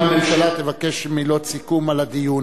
אם הממשלה תבקש מילות סיכום על הדיון,